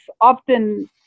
often